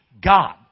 God